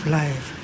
life